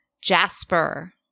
Jasper